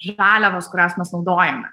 žaliavos kurias mes naudojame